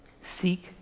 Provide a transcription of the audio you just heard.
Seek